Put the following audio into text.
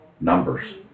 numbers